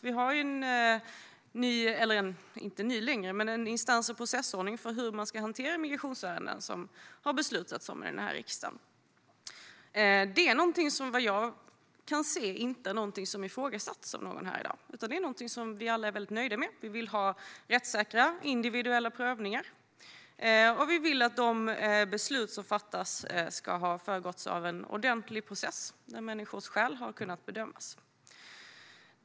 Vi har en instans och processordning för hur man ska hantera migrationsärenden, vilken riksdagen har fattat beslut om och som inte längre är så ny. Vad jag kan se är den inte något som ifrågasätts här i dag, utan vi är alla nöjda med den. Vi vill ha rättssäkra, individuella prövningar, och vi vill att de beslut som fattas ska ha föregåtts av en ordentlig process där människors skäl har kunnat bedömas.